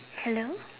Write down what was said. hello